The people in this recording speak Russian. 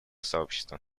сообщества